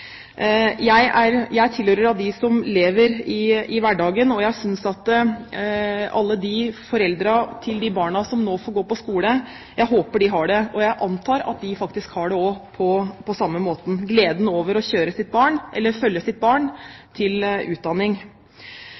Jeg tilhører dem som lever i hverdagen, og jeg håper – og antar faktisk – at alle foreldrene til de barna som nå får gå på skole, også har det på samme måten, nemlig at de gleder seg over å følge sitt barn til utdanning. På samme måten som utdanning har vært nøkkelen til utvikling og vekst i Norge, vil også utdanning